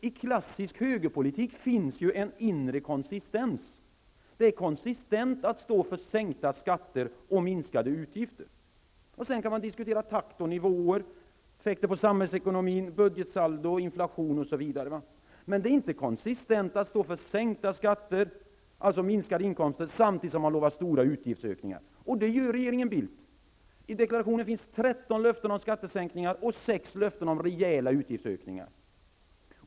I klassisk högerpolitik finns det ju en inre konsistens: att stå för en sänkning av skatterna och en minskning av utgifterna. Sedan kan man diskutera takt och nivåer, effekter på samhällsekonomin, budgetsaldo, inflation osv. Men det är inte ''konsistent'' att stå för en sänkning av skatterna, alltså en minskning av inkomsterna, samtidigt som man lovar stora utgiftsökningar. Men det gör regeringen Bildt. I deklarationen finns det 13 löften om skattesänkningar och 6 löften om rejäla utgiftsökningar.